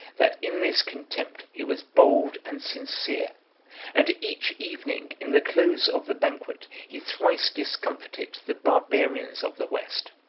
that in this contempt he was bold and sincere and each evening, in the close of the banquet, he thrice discomfited the barbarians of the west.